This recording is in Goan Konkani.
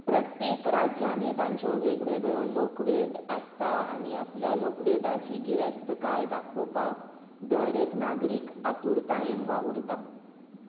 प्रत्येक राज्यांनी तांच्यो वेगवेगळ्यो लोकवेद आसतात आनी आपल्या लोकवेदाची गिरेस्तकाय दाखोवपाक दर एक नागरीक आतुरतायेन वावुरतात